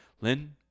Lynn